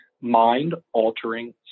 mind-altering